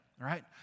Right